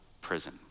prison